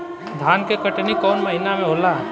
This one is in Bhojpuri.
धान के कटनी कौन महीना में होला?